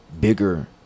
bigger